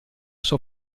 sua